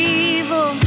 evil